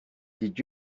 did